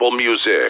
Music